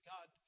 God